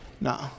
No